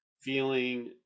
feeling